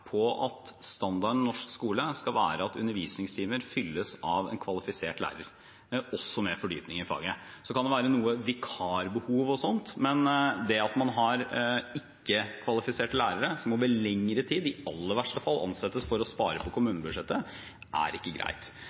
på at standarden i norsk skole skal være at undervisningstimer holdes av en kvalifisert lærer, med fordypning i faget. Så kan det være noe vikarbehov osv., men det at man har ikke-kvalifiserte lærere som over lengre tid i aller verste fall ansettes for å spare på kommunebudsjettet, er ikke greit.